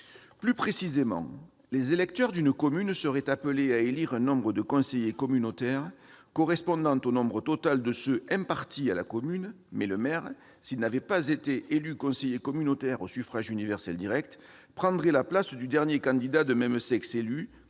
Plus précisément, les électeurs d'une commune seraient appelés à élire un nombre de conseillers communautaires correspondant au nombre total de ceux qui sont impartis à la commune, mais le maire, s'il n'avait pas été élu conseiller communautaire au suffrage universel direct, prendrait la place du dernier candidat de même sexe élu